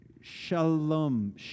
Shalom